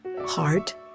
heart